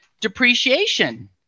depreciation